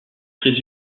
très